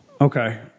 okay